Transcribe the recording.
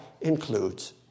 includes